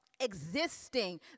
Existing